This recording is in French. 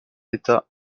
état